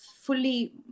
fully